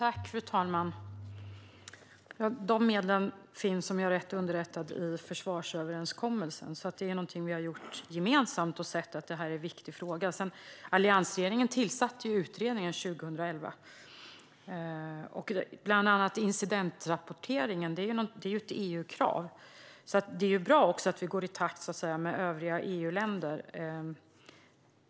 Fru talman! Dessa medel finns, om jag är korrekt underrättad, i försvarsöverenskommelsen. Det är alltså någonting som vi har gjort gemensamt - vi har sett att det är en viktig fråga. Alliansregeringen tillsatte ju dessutom utredningen 2011. Incidentrapportering är ju ett EU-krav. Det är bra att vi går i takt med övriga EU-länder.